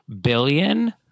Billion